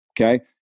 Okay